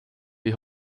või